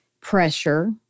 pressure